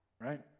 right